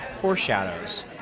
foreshadows